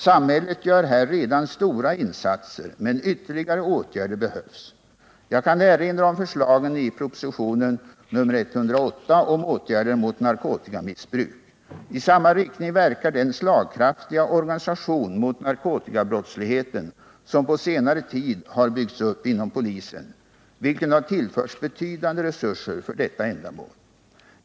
Samhället gör här redan stora insatser, men ytterligare åtgärder behövs. Jag kan erinra om förslagen i propositionen 1977/ 78:108 om åtgärder mot narkotikamissbruk. I samma riktning verkar den slagkraftiga organisation mot narkotikabrottsligheten som på senare tid har byggts upp inom polisen, vilken har tillförts betydande resurser för detta ändamål.